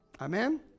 Amen